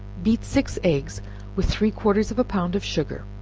beat six eggs with three-quarters of a pound of sugar,